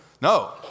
No